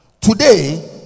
Today